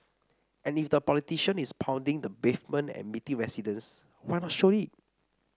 and if the politician is pounding the pavement and meeting residents why not show it